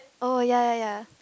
oh ya ya ya